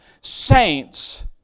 saints